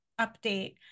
update